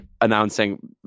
announcing